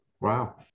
Wow